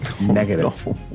Negative